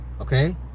Okay